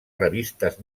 revistes